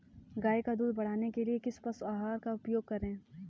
गाय का दूध बढ़ाने के लिए किस पशु आहार का उपयोग करें?